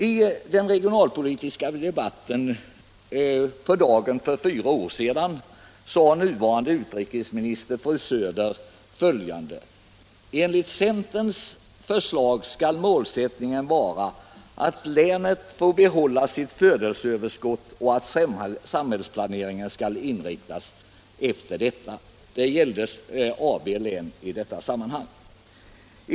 I den regionalpolitiska debatten för på dagen fyra år sedan sade nuvarande utrikesministern fru Söder följande: ”Enligt centerns förslag skall målsättningen vara att länet får behålla sitt födelseöverskott och att samhällsplaneringen skall inriktas efter detta.” Det gällde i det sammanhanget AB län.